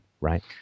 right